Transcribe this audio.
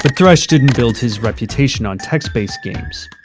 but thresh didn't build his reputation on text-based games.